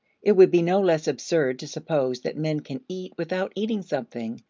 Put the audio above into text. it would be no less absurd to suppose that men can eat without eating something,